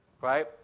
right